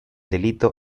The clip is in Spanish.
delito